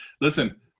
Listen